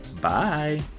Bye